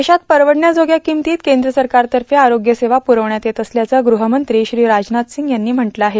देशात परवडण्याजोग्या किंमतीत केंद्र सरकारतर्फे आरोग्य सेवा पुरविण्यात येत असल्याचं गृहमंत्री श्री राजनाथ सिंग यांनी म्हटलं आहे